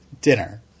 dinner